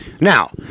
Now